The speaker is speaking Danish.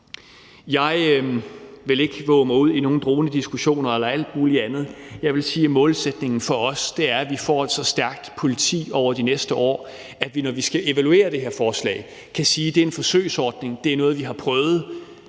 Jeg vil ikke vove mig ud i nogen dronediskussioner eller alt mulig andet. Jeg vil sige, at målsætningen for os er, at vi får et så stærkt politi over de næste år, at vi, når vi skal evaluere det her forslag, kan sige: Det er en forsøgsordning, det er noget, vi har prøvet,